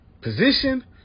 position